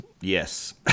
yes